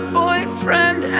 boyfriend